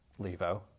Levo